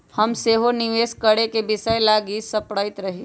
हम सेहो निवेश करेके विषय लागी सपड़इते रही